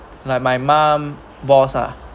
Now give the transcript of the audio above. like my mom boss ah